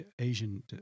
Asian